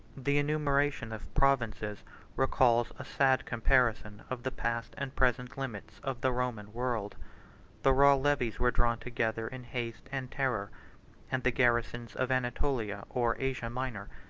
the enumeration of provinces recalls a sad comparison of the past and present limits of the roman world the raw levies were drawn together in haste and terror and the garrisons of anatolia, or asia minor,